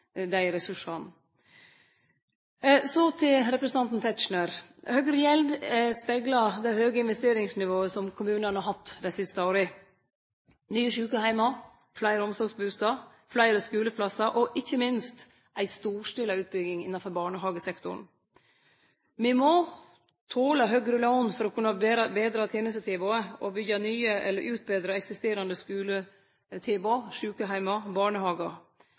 dei ressursane. Så til representanten Tetzschner. Høgre gjeld speglar det høge investeringsnivået som kommunane har hatt dei siste åra – nye sjukeheimar, fleire omsorgsbustader, fleire skuleplassar og ikkje minst ei storstila utbygging innan barnehagesektoren. Me må tole høgre lån for å kunne betre tenestetilbodet og byggje nye eller utbetre eksisterande skuletilbod, sjukeheimar og barnehagar.